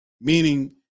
Meaning